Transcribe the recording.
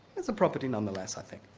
it's a property nonetheless, i think.